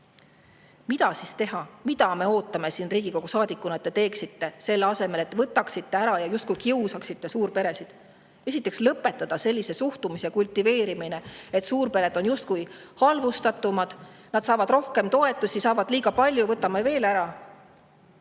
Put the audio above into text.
Mida siis teha? Mida me ootame siin Riigikogu saadikutena, et te teeksite selle asemel, et võtaksite [toetusi] ära ja justkui kiusaksite suurperesid? Esiteks tuleks lõpetada sellise suhtumise kultiveerimine, et suurpered on justkui halvustatumad, nad saavad rohkem toetusi, saavad liiga palju, võtame veel ära.